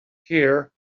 here